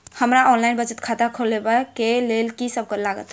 हमरा ऑनलाइन बचत खाता खोलाबै केँ लेल की सब लागत?